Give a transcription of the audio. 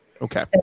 Okay